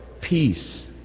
peace